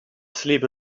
sleep